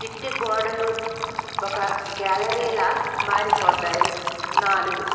ఇంటి గోడలు ఒక గ్యాలరీలా మారిపోతాయి నాలుగు